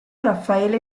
raffaele